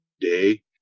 day